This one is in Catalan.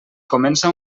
comença